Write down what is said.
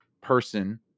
person